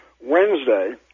Wednesday